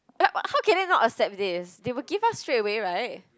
wha~ how can they not accept this they will give us straight away [right]